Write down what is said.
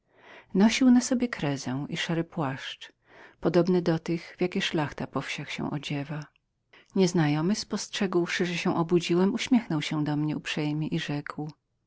nosił na sobie kryzę i płaszczyk szary podobne do tych w jakie szlachta na wsiach się odziewa nieznajomy spostrzegłszy że się obudziłem uśmiechnął się do mnie wdzięcznie i rzeki